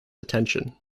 attention